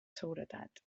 seguretat